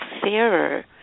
fairer